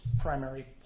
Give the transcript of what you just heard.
primary